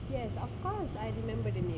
yes of course I remember the name